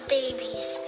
babies